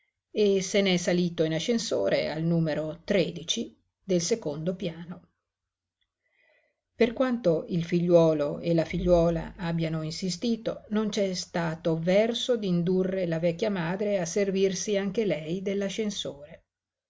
e se n'è salito in ascensore al numero tredici del secondo piano per quanto il figliuolo e la figliuola abbiano insistito non c'è stato verso d'indurre la vecchia madre a servirsi anche lei dell'ascensore